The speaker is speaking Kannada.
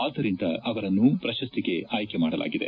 ಅದರಿಂದ ಅವರನ್ನು ಪ್ರಶಸ್ತಿಗೆ ಆಯ್ಲೆ ಮಾಡಲಾಗಿದೆ